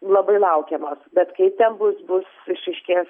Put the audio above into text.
labai laukiamos bet kaip ten bus bus išaiškės